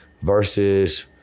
versus